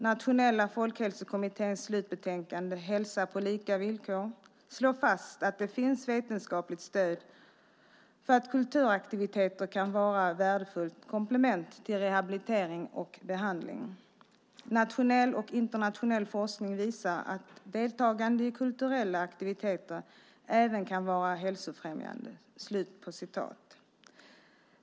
Nationella folkhälsokommitténs slutbetänkande Hälsa på lika villkor slår fast att det finns vetenskapligt stöd för att kulturaktiviteter kan vara ett värdefullt komplement till rehabilitering och behandling. Nationell och internationell forskning visar att deltagande i kulturella aktiviteter även kan vara hälsofrämjande.